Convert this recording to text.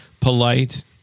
polite